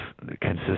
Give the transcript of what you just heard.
consistent